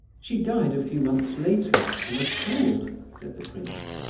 she died a few months later, from a cold, said the prince.